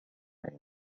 عندك